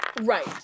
Right